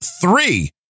three